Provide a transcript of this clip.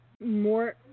more